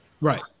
Right